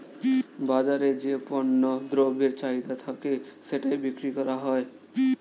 বাজারে যে পণ্য দ্রব্যের চাহিদা থাকে সেটাই বিক্রি করা হয়